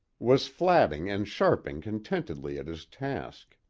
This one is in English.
was flatting and sharping contentedly at his task.